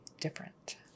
different